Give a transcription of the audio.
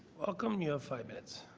welcome you have five minutes.